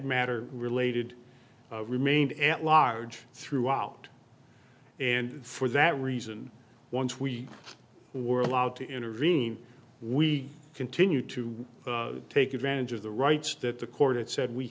matter related remained at large throughout and for that reason once we were allowed to intervene we continue to take advantage of the rights that the court said we